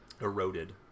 Eroded